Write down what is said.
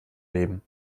leben